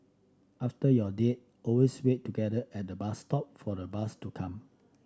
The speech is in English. after your date always wait together at the bus stop for the bus to come